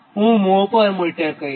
હું મ્હો પર મીટર કહીશ